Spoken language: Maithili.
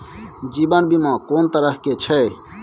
जीवन बीमा कोन तरह के छै?